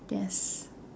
yes